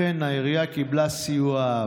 העירייה אכן קיבלה סיוע,